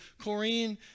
Corrine